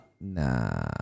Nah